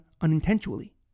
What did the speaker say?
unintentionally